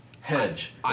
hedge